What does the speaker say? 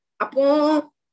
Apo